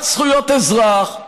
על זכויות אזרח,